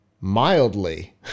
mildly